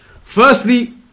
Firstly